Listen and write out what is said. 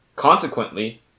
Consequently